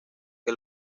que